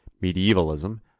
medievalism